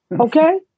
Okay